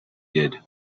did